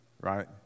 right